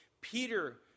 Peter